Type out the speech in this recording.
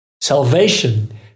salvation